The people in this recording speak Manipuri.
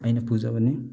ꯑꯩꯅ ꯄꯨꯖꯕꯅꯤ